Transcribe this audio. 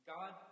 God